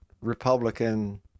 Republican